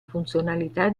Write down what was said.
funzionalità